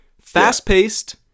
fast-paced